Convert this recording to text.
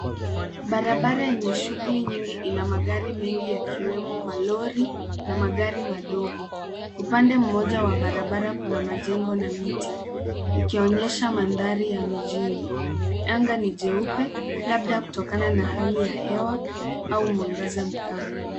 Barabara yenye shughuli nyingi ina magari mengi yakiwemo malori na magari madogo. Upande mmoja wa barabara kuna majengo na miti, ikionyesha mandhari ya mjini. Anga ni jeupe labda kutokana na hali ya hewa au mwangaza mkali.